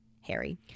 Harry